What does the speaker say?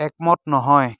একমত নহয়